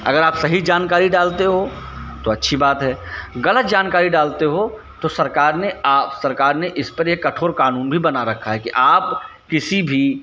अगर आप सही जानकारी डालते हो तो अच्छी बात है गलत जानकारी डालते हो तो सरकार ने सरकार ने इस पर एक कठोर कानून भी बना रखा है कि आप किसी भी